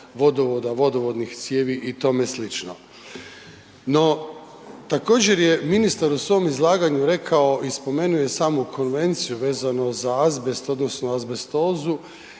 vodovoda, vodovodnih cijevi i tome slično. No, također je ministar u svom izlaganju rekao i spomenuo je samo konvenciju vezano za azbest odnosno azbestozu